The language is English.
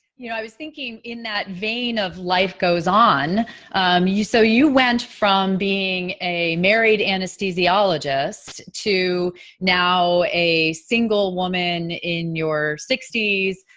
you know i was thinking in that vein of life goes on you, so you went from being a married anesthesiologist to now a single woman in your sixty